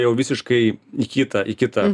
jau visiškai į kitą į kitą